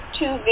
two